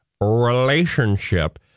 relationship